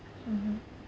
mmhmm